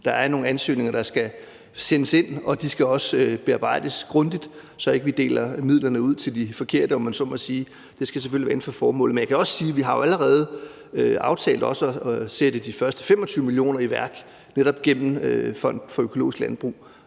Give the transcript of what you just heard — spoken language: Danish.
der er nogle ansøgninger, der skal sendes ind, og de skal også bearbejdes grundigt, så vi ikke deler midlerne ud til de forkerte, om man så må sige. Det skal selvfølgelig være inden for formålet. Men jeg kan også sige, at vi jo allerede har aftalt at sætte de første 25 mio. kr. i værk, netop gennem Fonden for økologisk landbrug.